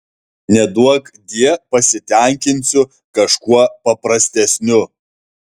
neduokdie pasitenkinsiu kažkuo paprastesniu